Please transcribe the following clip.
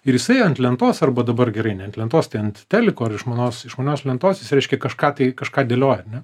ir jisai ant lentos arba dabar gerai ne ant lentos tai ant teliko ar išmanos išmanios lentos jis reiškia kažką tai kažką dėlioja